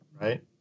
right